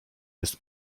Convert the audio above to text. jest